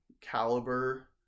caliber